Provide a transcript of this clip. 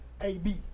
A-B